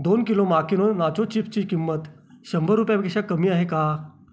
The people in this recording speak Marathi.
दोन किलो माकिनो नाचो चिप्सची किंमत शंभर रुपयापेक्षा कमी आहे का